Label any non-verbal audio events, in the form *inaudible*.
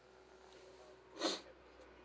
*noise*